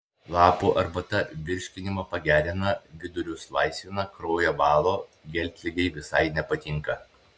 lapų arbata virškinimą pagerina vidurius laisvina kraują valo geltligei visai nepatinka